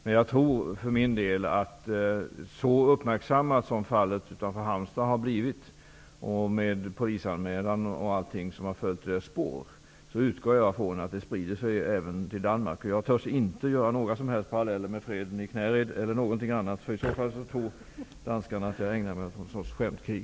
Men så uppmärksammat som fallet utanför Halmstad har blivit med polisanmälan i dess spår utgår jag från att kunskapen sprider sig även till Danmark. Jag törs inte dra några som helst paralleller med freden i Knäred eller något annat. I så fall tror danskarna att jag ägnar mig åt något slags skämtkrig.